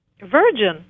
virgin